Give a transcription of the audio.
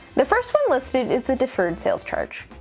the first one listed is the deferred sales charge.